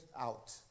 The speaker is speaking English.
out